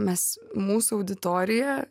mes mūsų auditorija